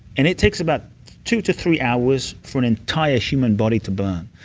and it takes about two to three hours for an entire human body to burn,